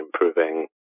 improving